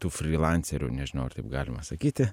tų frylancerių nežinau ar taip galima sakyti